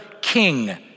king